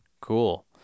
Cool